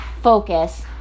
focus